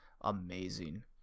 amazing